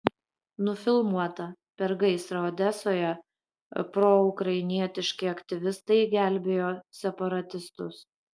nufilmuota per gaisrą odesoje proukrainietiški aktyvistai gelbėjo separatistus